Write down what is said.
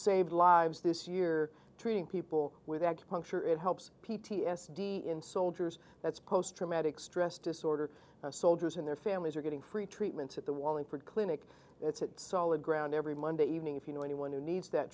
saved lives this year treating people with acupuncture it helps p t s d in soldiers that's post traumatic stress disorder soldiers and their families are getting free treatments at the wallingford clinic it's solid ground every monday evening if you know anyone who needs that